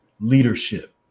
leadership